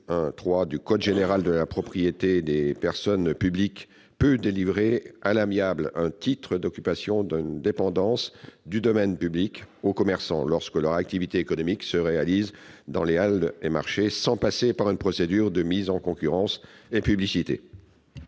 du code général de la propriété des personnes publiques peut délivrer à l'amiable un titre d'occupation d'une dépendance du domaine public aux commerçants, lorsque leur activité économique se réalise dans les halles et marchés, sans passer par une procédure de mise en concurrence et publicité.